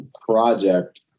project